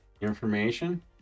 information